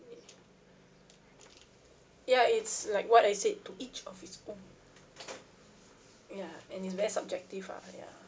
ya it's like what I said to each of its own ya and it's very subjective lah ya